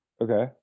Okay